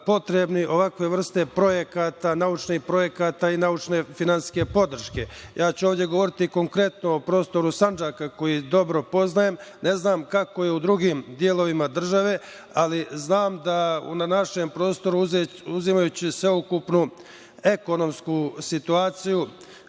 ovakve vrste projekata, naučnih projekata i naučno-finansijske podrške. Ovde ću govoriti konkretno o prostoru Sandžaka, koji dobro poznajem. Ne znam kako je u drugim delovima države, ali znam da na našem prostoru, uzimajući sveukupnu ekonomsku situaciju,